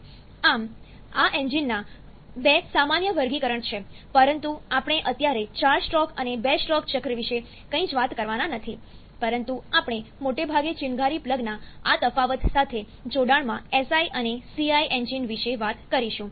આમ આ એન્જિનના બે સામાન્ય વર્ગીકરણ છે પરંતુ આપણે અત્યારે 4 સ્ટ્રોક અને 2 સ્ટ્રોક ચક્ર વિશે કંઈ જ વાત કરવાના નથી પરંતુ આપણે મોટે ભાગે ચિનગારી પ્લગના આ તફાવત સાથે જોડાણમાં SI અને CI એન્જિન વિશે વાત કરીશું